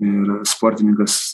ir sportininkas